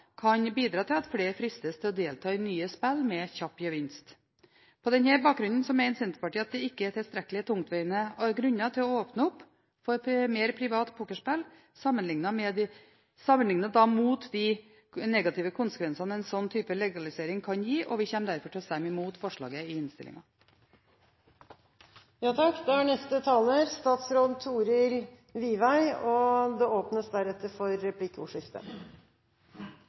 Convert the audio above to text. kan bidra til at flere fristes til å delta i nye spill med kjapp gevinst. På denne bakgrunn mener Senterpartiet at det ikke er tilstrekkelig tungtveiende grunner til å åpne opp for mer privat pokerspill, sett opp mot de negative konsekvensene en slik type legalisering kan gi. Vi kommer derfor til å stemme imot forslaget i